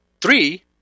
three